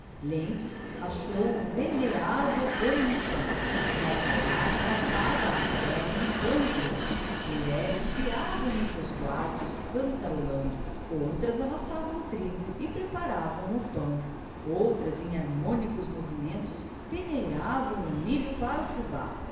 lentz achou-o venerável como um santo um alfaiate passava a ferro um panno grosso mulheres fiavam nos seus quartos cantarolando outras amassavam o trigo e preparavam o pão outras em harmónicos movimentos peneiravam o milho para o fubá